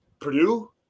Purdue